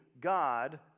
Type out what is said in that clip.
God